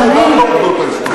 את יודעת את העובדות ההיסטוריות,